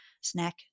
snack